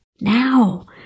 Now